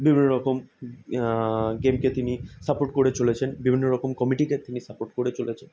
বিভিন্ন রকম গেমকে তিনি সাপোর্ট করে চলেছেন বিভিন্ন রকম কমিটিকে তিনি সাপোর্ট করে চলেছে